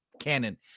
canon